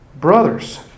Brothers